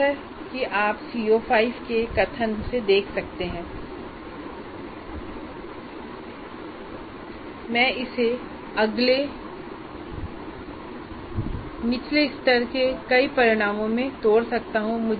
जैसा कि आप CO5 के कथन से देख सकते हैं मैं इसे अगले निचले स्तर के कई परिणामों में तोड़ सकता हूं